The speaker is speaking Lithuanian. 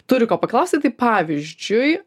turi ko paklausti tai pavyzdžiui